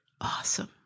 awesome